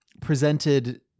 presented